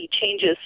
changes